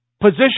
position